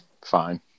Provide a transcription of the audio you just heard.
fine